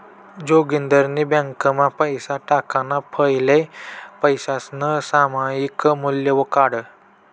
जोगिंदरनी ब्यांकमा पैसा टाकाणा फैले पैसासनं सामायिक मूल्य काढं